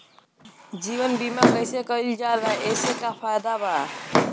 जीवन बीमा कैसे कईल जाला एसे का फायदा बा?